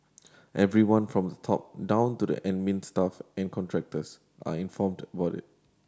everyone from the top down to the admin staff and contractors are informed about it